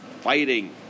fighting